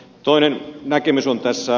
toinen näkemys on tässä